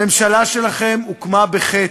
הממשלה שלכם הוקמה בחטא,